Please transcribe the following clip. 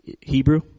Hebrew